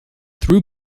threw